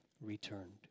returned